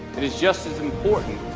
and it's just as important